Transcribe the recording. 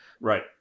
Right